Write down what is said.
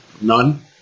none